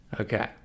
Okay